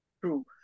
True